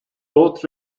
boat